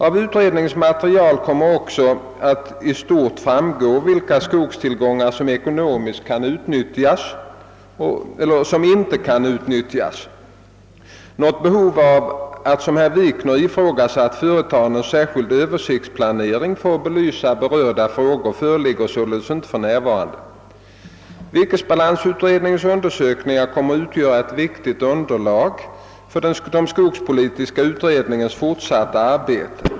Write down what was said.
Av utredningens material kommer också att i stort framgå vilka skogstillgångar som ekonomiskt inte kan utnyttjas. Något behov av att som herr Wikner ifrågasatt företa någon särskild översiktsplanering för att belysa berörda frågor föreligger således inte för närvarande. Virkesbalansutredningens undersökningar kommer att utgöra ett viktigt underlag för den skogspolitiska utredningens fortsatta arbete.